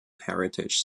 heritage